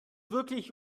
wirklich